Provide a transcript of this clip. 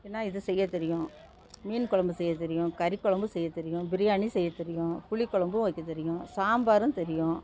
என்ன இது செய்ய தெரியும் மீன் குழம்பு செய்ய தெரியும் கறிக்குழம்பும் செய்ய தெரியும் பிரியாணி செய்ய தெரியும் புளிக்குழம்பும் வைக்க தெரியும் சாம்பாரும் தெரியும்